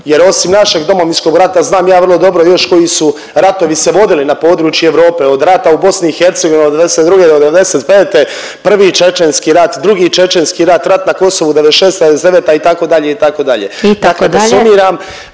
jer osim našeg Domovinskog rata znam ja vrlo dobro još koji su ratovi se vodili na području Europe, od rada u BiH od '92. do '95., Prvi čečenski rat, Drugi čečenski rat, rat na Kosovu '96.-'99. itd., itd.